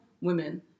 women